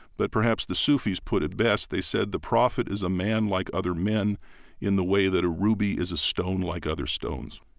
but perhaps the sufis put it best. they said, the prophet is a man like other men in the way that a ruby is a stone like other stones.